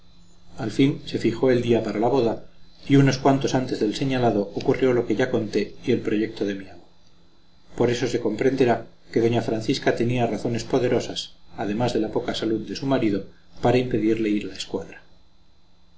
al fin se fijó el día para la boda y unos cuantos antes del señalado ocurrió lo que ya conté y el proyecto de mi amo por esto se comprenderá que doña francisca tenía razones poderosas además de la poca salud de su marido para impedirle ir a la escuadra